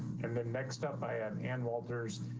and then next up by um an walters,